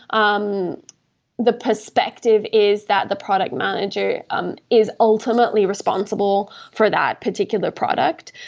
um the perspective is that the product manager um is ultimately responsible for that particular product.